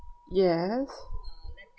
yes